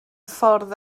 ffordd